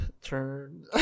turn